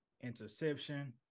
interception